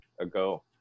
ago